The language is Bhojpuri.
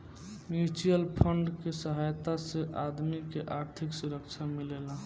म्यूच्यूअल फंड के सहायता से आदमी के आर्थिक सुरक्षा मिलेला